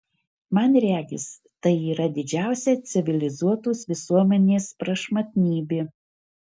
man regis tai yra didžiausia civilizuotos visuomenės prašmatnybė